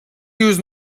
use